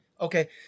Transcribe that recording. Okay